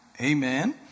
Amen